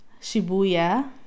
Shibuya